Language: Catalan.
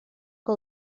que